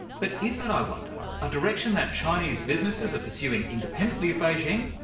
but is that, i wonder, a direction that chinese businesses are pursuing independently of beijing,